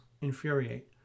Infuriate